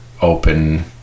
open